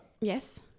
Yes